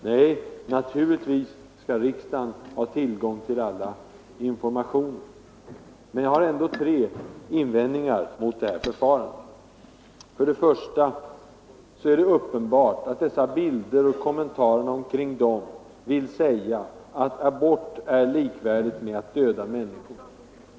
Nej, naturligtvis skall riksdagen ha tillgång till alla informationer. Men jag har ändå tre invändningar att göra mot detta förfarande: 1. Det är uppenbart att dessa bilder och kommentarerna kring dem vill säga att abort är likvärdigt med att döda människor.